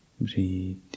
Breathe